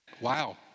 wow